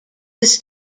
this